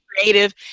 creative